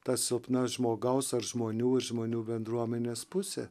ta silpna žmogaus ar žmonių ir žmonių bendruomenės pusė